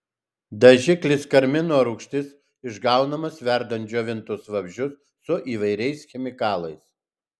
dažiklis karmino rūgštis išgaunamas verdant džiovintus vabzdžius su įvairiais chemikalais